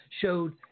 showed